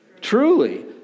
truly